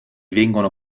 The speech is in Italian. vengono